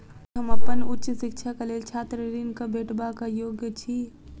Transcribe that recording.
की हम अप्पन उच्च शिक्षाक लेल छात्र ऋणक भेटबाक योग्य छी?